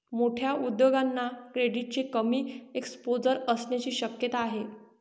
मोठ्या उद्योगांना क्रेडिटचे कमी एक्सपोजर असण्याची शक्यता आहे